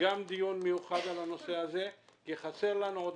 גם דיון מיוחד על הנושא הזה כי חסרים לנו עוד